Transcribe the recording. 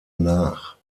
nach